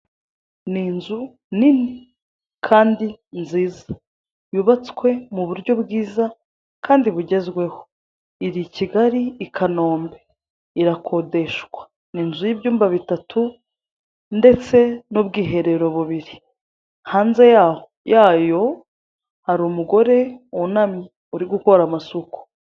Ni inzu nini kandi nziza yubatswe mu buryo bwiza kandi bugezweho. Iri I Kigali I Kanombe irakodeshwa ni inzu y'ibyumba bitatu ndetse n'ubwiherero bubiri hanze yaho yayo hari umugore wunamye uri gukora amasuku.